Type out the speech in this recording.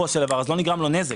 אז לא נגרם לו נזק,